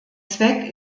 zweck